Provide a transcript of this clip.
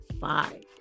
five